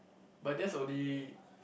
but that's only